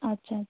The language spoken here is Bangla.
আচ্ছা আচ্ছা